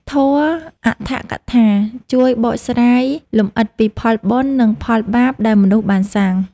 ធម៌ "អដ្ឋកថា" ជួយបកស្រាយលម្អិតពីផលបុណ្យ និងផលបាបដែលមនុស្សបានសាង។